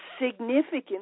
significant